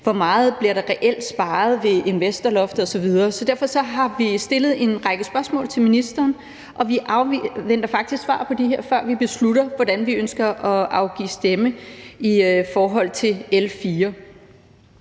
Hvor meget bliver der reelt sparet ved investorloftet osv.? Så derfor har vi stillet en række spørgsmål til ministeren, og vi afventer faktisk svar på dem, før vi beslutter, hvordan vi ønsker at afgive vores stemme i forhold til L 4.